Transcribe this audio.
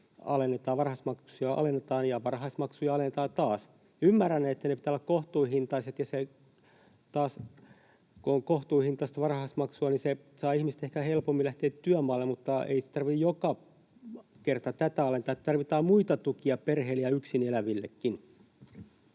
varhaiskasvatusmaksuja alennetaan — ja varhaiskasvatusmaksuja alennetaan taas. Ymmärrän, että niiden pitää olla kohtuuhintaiset, ja se taas, kun on kohtuuhintaista varhaiskasvatusmaksua, saa ihmiset ehkä helpommin lähtemään työmaalle, mutta ei tätä tarvitse joka kerta alentaa, vaan tarvitaan muita tukia perheille ja yksin elävillekin.